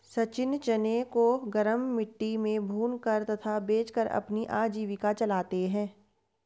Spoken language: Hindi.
सचिन चने को गरम मिट्टी में भूनकर तथा बेचकर अपनी आजीविका चलाते हैं